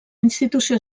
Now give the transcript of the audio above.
institució